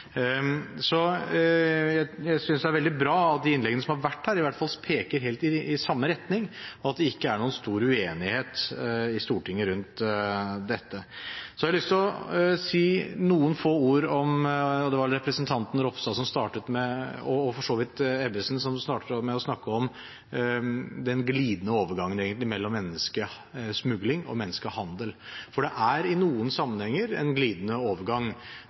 Jeg synes det er veldig bra at innleggene her i hvert fall peker helt i samme retning, og at det ikke er noen stor uenighet i Stortinget om dette. Så har jeg lyst til å si noen få ord om – det var vel representanten Ropstad og for så vidt også representanten Ebbesen som snakket om det – den glidende overgangen mellom menneskesmugling og menneskehandel, for det er i noen sammenhenger en glidende overgang.